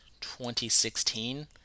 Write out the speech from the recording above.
2016